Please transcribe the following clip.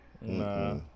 Nah